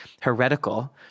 heretical